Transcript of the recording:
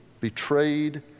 betrayed